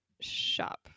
Shop